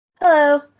Hello